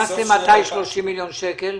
מתי הכנסתם 30 מיליון שקל?